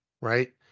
right